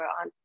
on